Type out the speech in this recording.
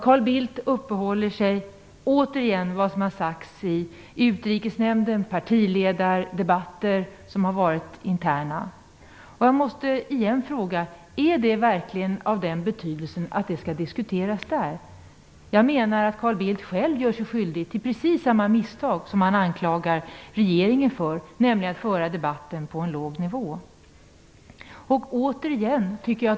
Carl Bildt uppehåller sig återigen vid vad som har sagts i Utrikesnämnden och i partiledardebatter som har varit interna. Jag måste igen fråga: Är det verkligen av den betydelsen att det skall diskuteras där? Jag menar att Carl Bildt själv gör sig skyldig till precis samma misstag som han anklagar regeringen för, nämligen att föra debatten på en låg nivå.